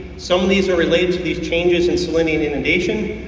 some of these are related to these changes in salinity inundation,